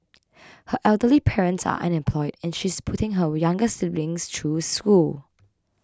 her elderly parents are unemployed and she's putting her younger siblings ture school